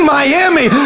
Miami